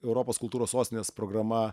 europos kultūros sostinės programa